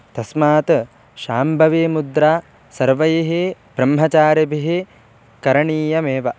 तस्मात् शाम्भवीमुद्रा सर्वैः ब्रह्मचार्यभिः करणीयमेव